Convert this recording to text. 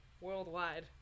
worldwide